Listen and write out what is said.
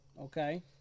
Okay